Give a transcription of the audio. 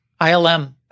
ILM